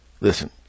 listen